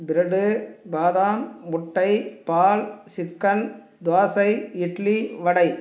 bread பாதாம் முட்டை பால் சிக்கன் தோசை இட்லி வடை